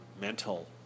mental